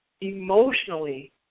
emotionally